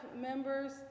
members